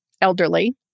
elderly